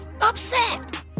upset